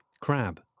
Crab